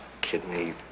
kidney